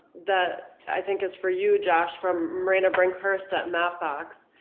that i think is for you, josh, from marina bringhurst at mapbox.